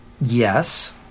yes